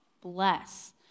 bless